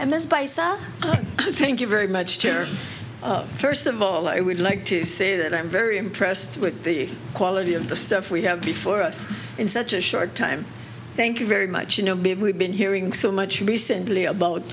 and this by sir thank you very much chairman first of all i would like to say that i am very impressed with the quality of the stuff we have before us in such a short time thank you very much you know we've been hearing so much recently about